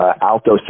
alto